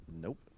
Nope